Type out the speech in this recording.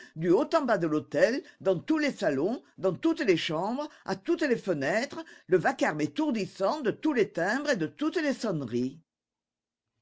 du haut en bas de l'hôtel dans tous les salons dans toutes les chambres à toutes les fenêtres le vacarme étourdissant de tous les timbres et de toutes les sonneries